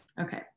Okay